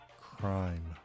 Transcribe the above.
crime